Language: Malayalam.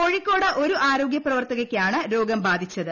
കോഴിക്കോട് ഒരു ആരോഗ്യ പ്രവർത്തകയ്ക്കാണ് ട്രോഗം ബാധിച്ചത്